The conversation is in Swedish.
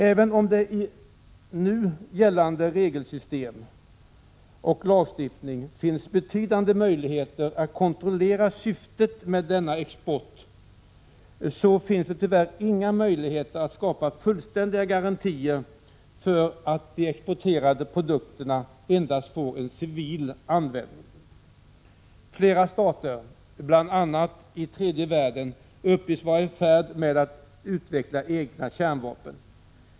Även om det i nuvarande regelsystem och lagstiftning finns betydande möjligheter att kontrollera syftet med denna export som sker, finns det nu tyvärr inga möjligheter att skapa fullständiga garantier för att de exporterade produkterna endast får en civil användning. Flera stater, bl.a. i tredje världen, uppges vara i färd med att utveckla egna kärnvapen.